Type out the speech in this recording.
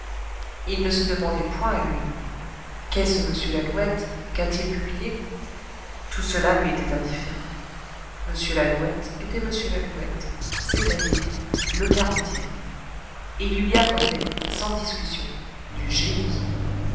il ne se demandait point lui qu'est ce m lalouette qu'a-t-il publié tout cela lui était indifférent m lalouette était m lalouette c'est-à-dire le quarantième et il lui accordait sans discussion du génie